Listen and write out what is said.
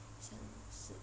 好像是